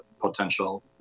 potential